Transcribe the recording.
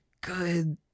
good